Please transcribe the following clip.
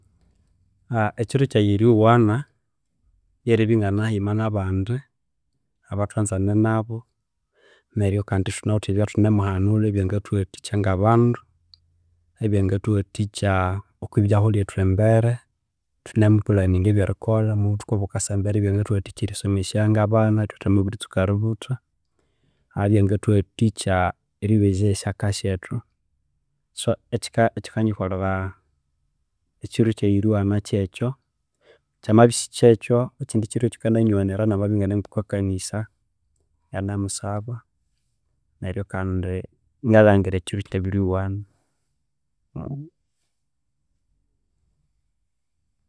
Ekiro eryuwana ryeribya engane haghima na bandi abathwanzene nabu neryu kandi ethunawithe ebyathune mubanulha ebyangathuwathikya ngabandu ebyangathuwathikya okwibyaho lhyethu elhya embere ethune mu planingira ebyerikolha omwa buthuku obukasa embere ebyangathuwathikya erisomesya ngabana ithwe thwamabiritsuka eributha ahabya ngathuwathikya erithubezyaho esyaka syethu so ekikanikolhera ekiro kyaghe eryuwana kyekyo, kyamabya sikyekyo ekidi kiro ekyakananyuwaniranamabya enga no okwa kanisa engane musaba neryo kandi ngalhangira ekiro ekyabinyuwanira.